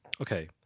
Okay